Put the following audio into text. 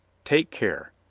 take care.